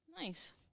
nice